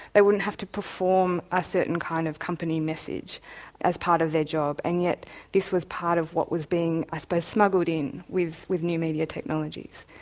they wouldn't have to perform a certain kind of company message as part of their job, and yet this was part of what was being i suppose, smuggled in with with new media technologies.